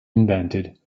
invented